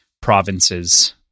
provinces